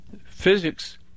physics